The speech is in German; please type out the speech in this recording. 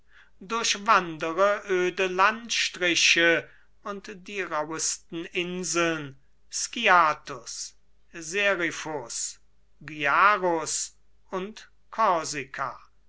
durchwandere öde landstriche und die rauhesten inseln sciathus seriphus gyarus und